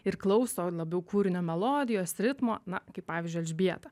ir klauso labiau kūrinio melodijos ritmo na kaip pavyzdžiui elžbieta